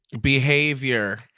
Behavior